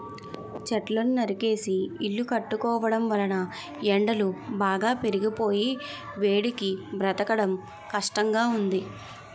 చెట్లను నరికేసి ఇల్లు కట్టుకోవడం వలన ఎండలు బాగా పెరిగిపోయి వేడికి బ్రతకడం కష్టంగా ఉంది